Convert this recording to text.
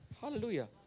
Hallelujah